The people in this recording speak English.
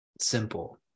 simple